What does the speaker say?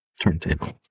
Turntable